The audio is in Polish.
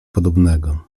podobnego